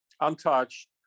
Untouched